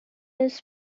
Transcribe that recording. his